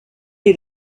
est